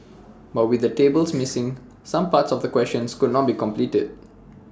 but with the tables missing some parts of the questions could not be completed